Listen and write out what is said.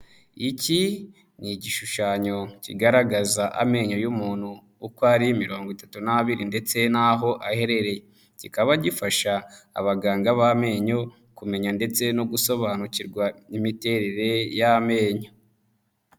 Iki ni igishushanyo kigaragaza amenyo y'umuntu uko ari mirongo itatu n'abiri ndetse n'aho aherereye, kikaba gifasha abaganga b'amenyo kumenya ndetse no gusobanukirwa n'imiterere y'amenyo.